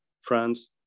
France